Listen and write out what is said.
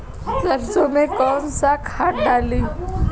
सरसो में कवन सा खाद डाली?